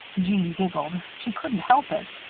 jeanne giggled. she couldn't help it.